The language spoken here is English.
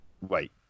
wait